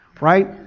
right